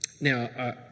Now